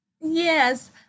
Yes